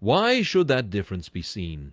why should that difference be seen?